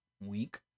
week